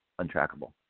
untrackable